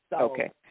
Okay